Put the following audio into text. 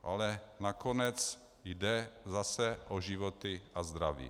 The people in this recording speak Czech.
Ale nakonec jde zase o životy a zdraví.